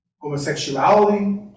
homosexuality